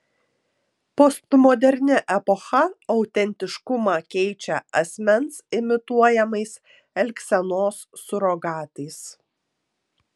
postmoderni epocha autentiškumą keičia asmens imituojamais elgsenos surogatais